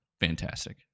fantastic